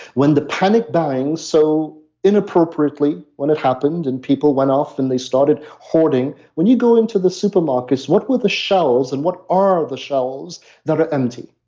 when the panic buying so inappropriately when it happened, and people went off and they started hoarding. when you go into the supermarket what were the shelves? and what are the shelves that are empty?